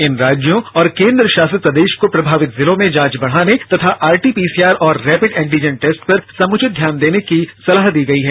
इन राज्यों और केंद्रशासित प्रदेश को प्रभावित जिलों में जांच बढाने और आरटी पीसीआर तथा रैपिड एंटीजन टेस्ट पर समुचित ध्यान देने की सलाह दी गई है